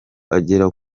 agera